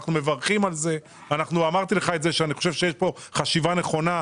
אנחנו מברכים על זה; אני חושב שיש פה חשיבה נכונה,